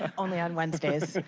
only on wednesdays.